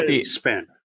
spend